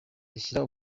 ashyira